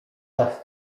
czas